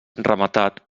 rematat